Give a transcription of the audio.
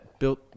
Built